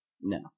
No